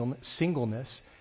singleness